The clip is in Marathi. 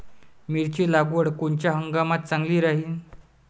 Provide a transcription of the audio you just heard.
मिरची लागवड कोनच्या हंगामात चांगली राहीन?